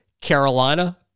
Carolina